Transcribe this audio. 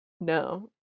No